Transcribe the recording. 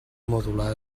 modular